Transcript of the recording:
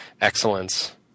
excellence